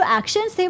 actions